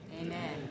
Amen